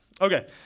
Okay